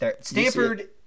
Stanford